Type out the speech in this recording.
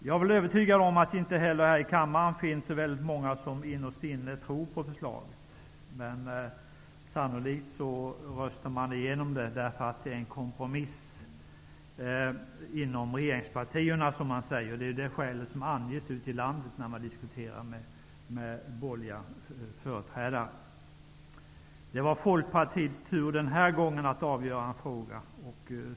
Jag är övertygad om att det inte heller här i kammaren finns särskilt många som innerst inne tror på förslaget, men sannolikt röstar man ändå igenom det, eftersom det är en kompromiss mellan regeringspartierna. Det är ju det skäl som anges ute i landet när man diskuterar med borgerliga företrädare. Det var den här gången Folkpartiets tur att avgöra en fråga.